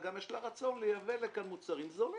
וגם יש לה רצון לייבא לכאן מוצרים זולים.